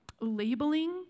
labeling